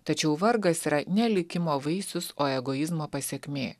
tačiau vargas yra ne likimo vaisius o egoizmo pasekmė